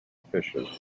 fishes